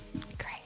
Great